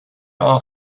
are